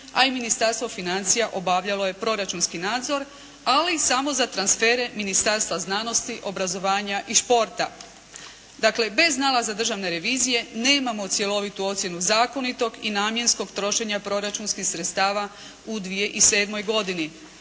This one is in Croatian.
a i Ministarstvo financija obavljalo je proračunski nadzor ali samo za transfere Ministarstva znanosti, obrazovanja i športa. Dakle, bez nalaza Državne revizije nemamo cjelovitu ocjenu zakonitog i namjenskog trošenja proračunskih sredstava u 2007. godini.